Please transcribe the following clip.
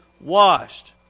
washed